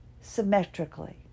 symmetrically